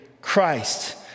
Christ